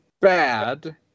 bad